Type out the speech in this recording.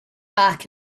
back